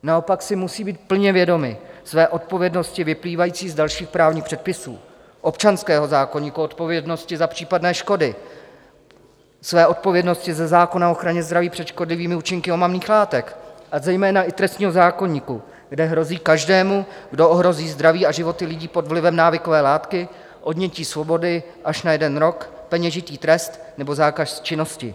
Naopak si musí být plně vědomi své odpovědnosti vyplývající z dalších právních předpisů, občanského zákoníku, odpovědnosti za případné škody, své odpovědnosti ze zákona o ochraně zdraví před škodlivými účinky omamných látek, a zejména i trestního zákoníku, kde hrozí každému, kdo ohrozí zdraví a životy lidí pod vlivem návykové látky, odnětí svobody až na jeden rok, peněžitý trest nebo zákaz činnosti.